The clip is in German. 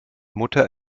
mutter